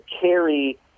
carry